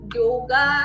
yoga